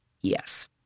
Yes